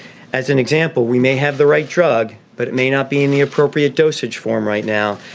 as an example, we may have the right drug, but it may not be in the appropriate dosage form right now,